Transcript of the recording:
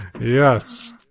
Yes